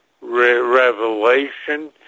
revelation